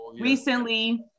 recently